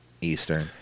Eastern